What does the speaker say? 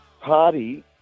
Party